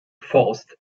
forst